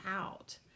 out